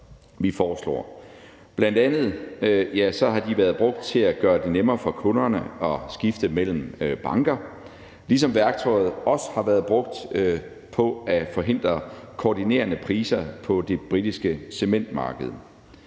vi foreslår, bl.a. har de været brugt til at gøre det nemmere for kunderne at skifte mellem banker, ligesom værktøjet også har været brugt på at forhindre koordinerende priser på det britiske cementmarked.